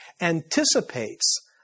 anticipates